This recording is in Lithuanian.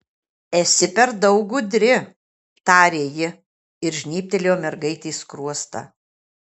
esi per daug gudri tarė ji ir žnybtelėjo mergaitei skruostą